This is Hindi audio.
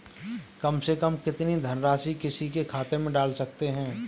कम से कम कितनी धनराशि किसी के खाते में डाल सकते हैं?